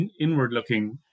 inward-looking